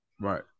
Right